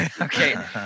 Okay